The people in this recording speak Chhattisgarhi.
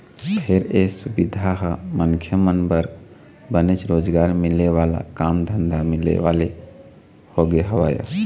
फेर ये सुबिधा ह मनखे मन बर बनेच रोजगार मिले वाले काम धंधा मिले वाले होगे हवय